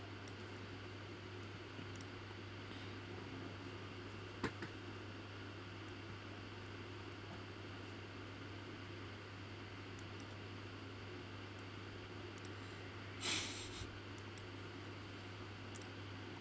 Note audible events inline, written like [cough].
[laughs]